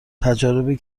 تجاربی